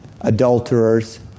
adulterers